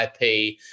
IP